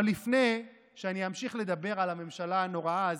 אבל לפני שאמשיך לדבר על הממשלה הנוראה הזו,